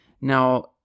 Now